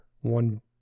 one